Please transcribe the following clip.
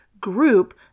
group